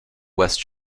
west